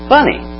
Funny